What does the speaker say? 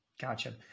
Gotcha